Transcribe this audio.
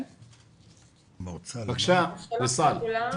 בקשה ויסאל.